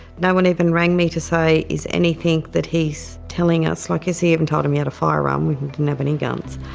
no one even rang me to say is anything that he's telling us, like he even told him he had a firearm. we didn't didn't have any guns.